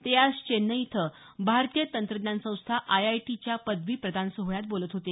ते आज चेन्नई इथं भारतीय तंत्रज्ञान संस्था आय आय टीच्या पदवी प्रदान सोहळ्यात बोलत होते